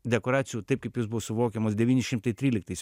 dekoracijų taip kaip jis buvo suvokiamas devyni šimtai tryliktais